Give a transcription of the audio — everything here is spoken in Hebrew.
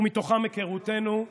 ומתוכם היכרותנו,